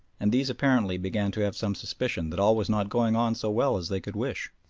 and these apparently began to have some suspicion that all was not going on so well as they could wish.